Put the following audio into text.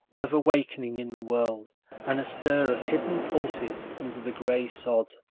of a wakening in the world and a stir of hidden pulses under the gray sod.